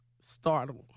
startled